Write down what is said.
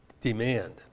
demand